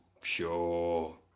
sure